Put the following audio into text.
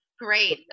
Great